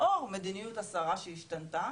לאור מדיניות השרה שהשתנת,